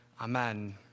Amen